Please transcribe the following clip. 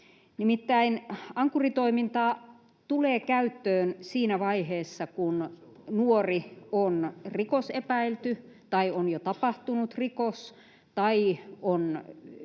Nimittäin Ankkuri-toiminta tulee käyttöön siinä vaiheessa kun nuori on rikosepäilty tai on jo tapahtunut rikos tai on